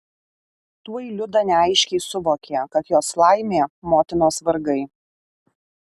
tuoj liuda neaiškiai suvokė kad jos laimė motinos vargai